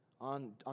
on